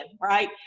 right